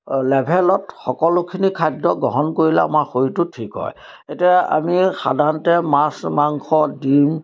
লেভেলত সকলোখিনি খাদ্য গ্ৰহণ কৰিলে আমাৰ শৰীৰটো ঠিক হয় এতিয়া আমি সাধাৰণতে মাছ মাংস ডিম